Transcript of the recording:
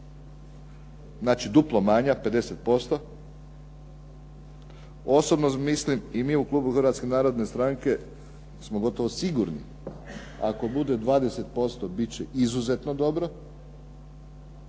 znači duplo manja, 50%. Osobno mislim i mi u klubu Hrvatske narodne stranke smo gotovo sigurni ako bude 20% bit će izuzetno dobro,